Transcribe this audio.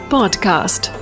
Podcast